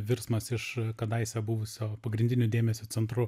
virsmas iš kadaise buvusio pagrindiniu dėmesio centru